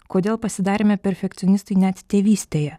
kodėl pasidarėme perfekcionistai net tėvystėje